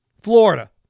Florida